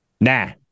nah